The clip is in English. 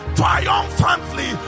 triumphantly